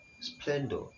splendor